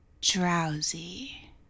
drowsy